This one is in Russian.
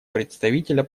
представителя